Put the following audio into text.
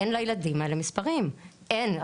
אין לילדים האלה מספרים, אין.